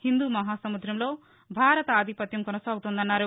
హిందూ మహాసముద్రంలో భారత ఆధిపత్యం కొనసాగుతోందన్నారు